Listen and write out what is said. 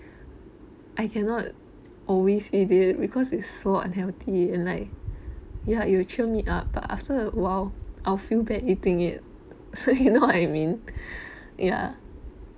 I cannot always eat it because it's so unhealthy and like ya it will cheer me up but after a while i'll feel bad eating it so you know what I mean ya